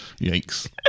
Yikes